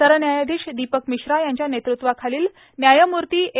सरन्यायाधीश दीपक मिश्रा यांच्या नेतृत्वाखालील न्यायमूर्ती ए